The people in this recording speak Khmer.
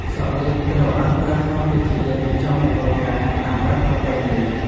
សក់លិចត្រូវបានប្រើក្នុងពិធីរៀបចំមង្គលការតាមបែបប្រពៃណី។